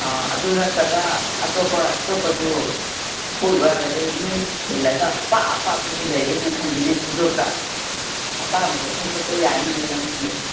ꯑꯥ ꯑꯗꯨ ꯅꯠꯇ꯭ꯔꯕ ꯑꯇꯣꯞꯄ ꯑꯇꯣꯞꯄꯁꯨ ꯈꯣꯏ ꯑꯗꯒꯤ ꯅꯨꯡ ꯊꯤꯜꯂꯒ ꯑꯄꯥꯛ ꯑꯄꯥꯛꯄꯁꯨ ꯂꯩꯔꯦꯅꯦ ꯈꯪꯗꯦꯅꯦ ꯈꯨꯗꯣꯞꯇ ꯑꯄꯥꯝꯕꯗꯣ ꯈꯟꯕꯗꯣ ꯌꯥꯅꯤꯌꯦ ꯂꯧꯅꯤꯡꯕꯗꯣ